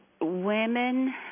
women